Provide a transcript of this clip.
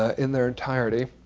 ah in their entirety.